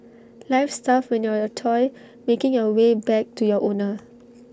life's tough when you're A toy making your way back to your owner